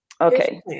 Okay